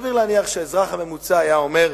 סביר להניח שהאזרח הממוצע היה אומר: